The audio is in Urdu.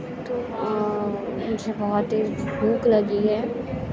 تو مجھے بہت تیز بھوک لگی ہے